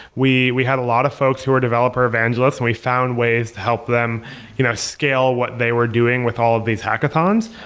we we had a lot of folks who are developer evangelist and we found ways to help them you know scale what they were doing with all of these hackathons.